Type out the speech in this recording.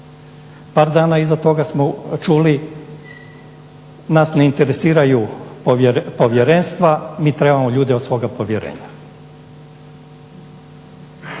Par dana iza toga smo čuli, nas ne interesiraju povjerenstva, mi trebamo ljude od svoga povjerenja.